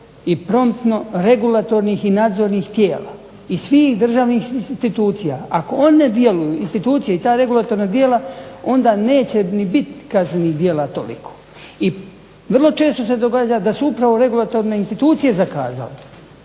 i promptno regulatornih i nadzornih tijela, i svih državnih institucija. Ako one djeluju, institucije i ta regulatorna djela ona neće ni biti kaznenih djela toliko. I vrlo često se događa da su upravo regulatorne institucije zakazale.